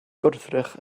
gwrthrych